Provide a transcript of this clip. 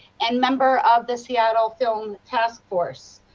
and member of the seattle film task force.